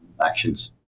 actions